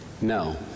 No